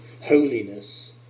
holiness